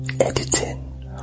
editing